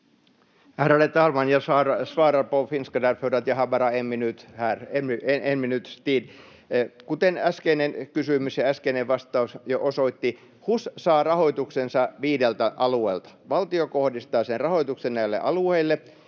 Kuten äskeinen kysymys ja äskeinen vastaus jo osoittivat, HUS saa rahoituksensa viideltä alueelta. Valtio kohdistaa sen rahoituksen näille alueille,